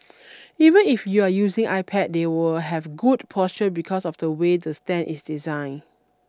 even if you're using iPad they will have good posture because of the way the stand is designed